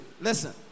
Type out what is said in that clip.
listen